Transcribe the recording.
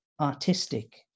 artistic